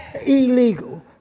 Illegal